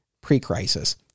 pre-crisis